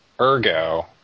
Ergo